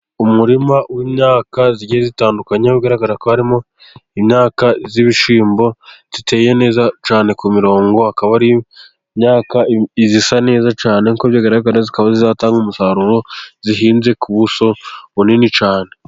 Umurima w'imyaka igiye itandukanye, ugaragara ko harimo imyaka y'ibishimbo iteye neza cyane ku mirongo, akaba ari imyaka isa neza cyane, nk'uko bigaragara, ikaba izatanga umusaruro, ihinze ku buso bunini cyane.